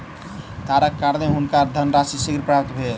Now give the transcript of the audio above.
तारक कारणेँ हुनका धनराशि शीघ्र प्राप्त भेल